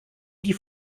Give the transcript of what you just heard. die